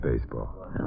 baseball